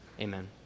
Amen